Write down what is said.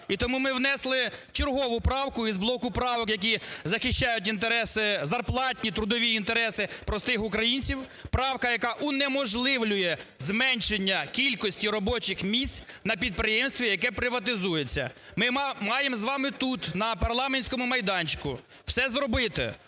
І тому ми внесли чергову правку із блоку правок, які захищають інтереси зарплатні, трудові інтереси простих українців, правка, яка унеможливлює зменшення кількості робочих місць на підприємстві, яке приватизується. Ми маємо з вами тут, на парламентському майданчику, все зробити,